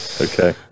okay